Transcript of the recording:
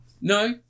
No